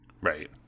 Right